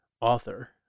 author